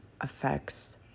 affects